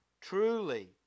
truly